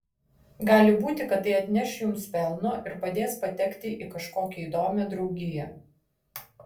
gali būti kad tai atneš jums pelno ir padės patekti į kažkokią įdomią draugiją